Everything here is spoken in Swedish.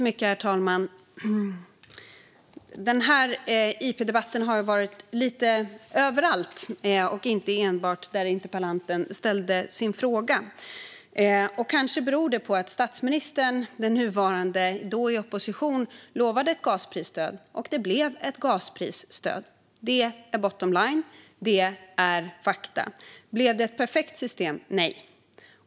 Herr talman! Den här interpellationsdebatten har varit lite överallt och inte enbart rört interpellantens fråga. Kanske beror det på att statsministern - den nuvarande, men då i opposition - lovade ett gasprisstöd. Det blev också ett gasprisstöd. Det är bottom line. Det är fakta. Blev det ett perfekt system? Nej.